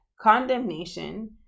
condemnation